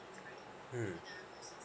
mm